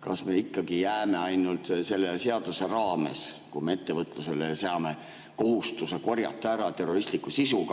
Kas me ikkagi jääme ainult selle seaduse raamesse, kui me veebiettevõtlusele seame kohustuse korjata ära terroristlik sisu,